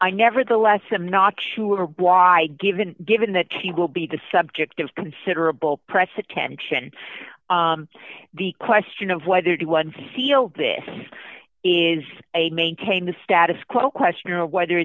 i nevertheless i'm not sure why given given that key will be the subject of considerable press attention the question of whether the one seal this is a maintain the status quo question or whether